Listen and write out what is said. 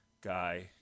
guy